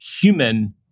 human